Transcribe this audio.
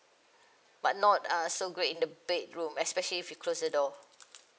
but not uh so great in the bedroom especially if we close the door